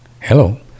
Hello